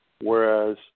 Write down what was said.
Whereas